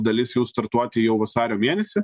dalis jų startuoti jau vasario mėnesį